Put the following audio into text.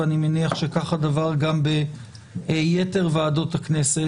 ואני מניח שכך הדבר גם ביתר ועדות הכנסת,